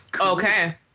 Okay